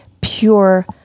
pure